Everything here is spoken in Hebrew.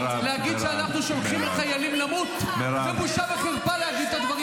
את צריכה להתבייש כשאת אומרת את זה.